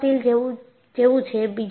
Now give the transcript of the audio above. નવા સ્ટીલ જેવું છે